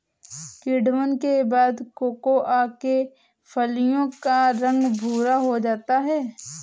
किण्वन के बाद कोकोआ के फलियों का रंग भुरा हो जाता है